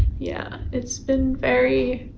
yeah, it's been very